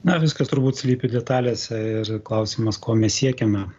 na viskas turbūt slypi detalėse ir klausimas ko mes siekiame